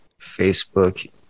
facebook